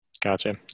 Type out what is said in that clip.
Gotcha